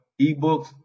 ebooks